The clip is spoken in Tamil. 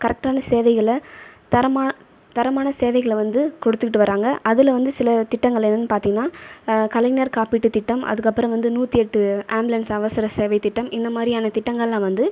கரெக்ட்டான சேவைகளை தரமா தரமான சேவைகளை வந்து கொடுத்துகிட்டு வராங்க அதில் வந்து சில திட்டங்கள் என்னன்னு பார்த்திங்கன்னா கலைஞர் காப்பீட்டுத் திட்டம் அதுக்கப்புறம் வந்து நூற்றிஎட்டு ஆம்புலன்ஸ் அவசர சேவை திட்டம் இந்தமாதிரியான திட்டங்களை வந்து